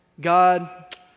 God